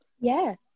Yes